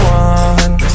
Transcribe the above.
one